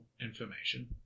information